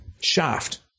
shaft